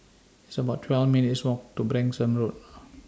It's about twelve minutes' Walk to Branksome Road